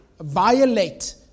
violate